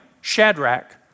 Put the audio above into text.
Shadrach